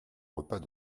repas